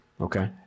Okay